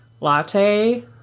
latte